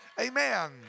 Amen